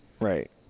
Right